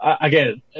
Again